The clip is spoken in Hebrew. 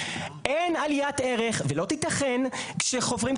אין עליית ערך ולא תיתכן כשחופרים,